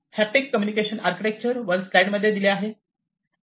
haptic communication architecture वर slide मध्ये दिले आहे